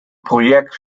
projekt